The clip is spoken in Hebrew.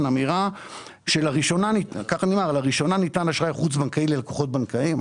אמירה שלראשונה ניתן אשראי חוץ בנקאי ללקוחות בנקאיים.